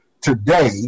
Today